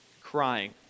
crying